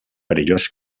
perillós